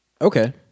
Okay